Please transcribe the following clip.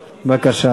בבקשה,